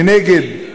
מנגד, יהודית,